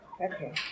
Okay